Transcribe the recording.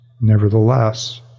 Nevertheless